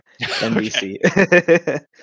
NBC